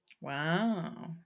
Wow